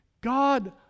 God